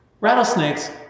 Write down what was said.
Rattlesnakes